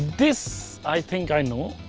this. i think i know.